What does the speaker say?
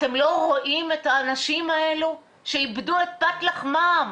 אתם לא רואים את האנשים האלה, שאיבדו את פת לחמם?